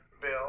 bill